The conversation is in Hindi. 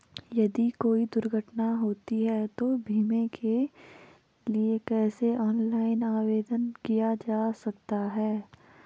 यदि कोई दुर्घटना होती है तो बीमे के लिए कैसे ऑनलाइन आवेदन किया जा सकता है?